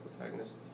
protagonist